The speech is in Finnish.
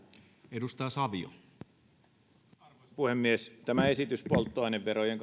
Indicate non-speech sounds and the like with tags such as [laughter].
arvoisa puhemies tämä esitys polttoaineverojen [unintelligible]